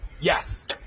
Yes